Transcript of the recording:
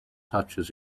touches